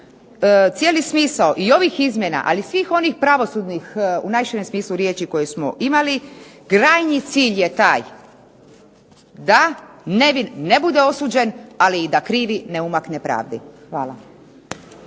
cijeli smisao i ovih izmjena, ali i svih onih pravosudnih u najširem smislu riječi koje smo imali, krajnji cilj je taj da nevin ne bude osuđen, ali i da krivi ne umakne pravdi. Hvala.